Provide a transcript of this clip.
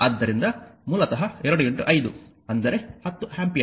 ಆದ್ದರಿಂದ ಮೂಲತಃ 25 ಅಂದರೆ 10 ಆಂಪಿಯರ್